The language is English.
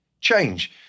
Change